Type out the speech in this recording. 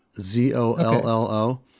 z-o-l-l-o